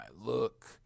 look